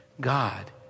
God